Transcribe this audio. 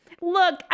Look